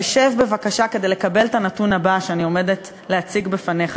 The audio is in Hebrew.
תשב בבקשה כדי לקבל את הנתון הבא שאני עומדת להציג בפניך,